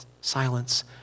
Silence